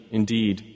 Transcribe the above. indeed